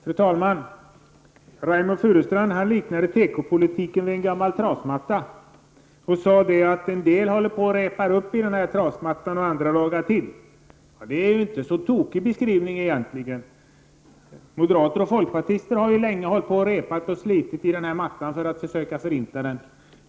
Fru talman! Reynoldh Furustrand liknade tekopolitiken vid en gammal trasmatta och sade att en del håller på och repar upp den, medan andra lagar till. Det är ingen tokig beskrivning egentligen. Moderater och folkpartister har ju länge hållit på och repat och slitit i mattan för att försöka förinta den.